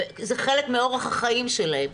זה חלק מאורח החיים שלהם.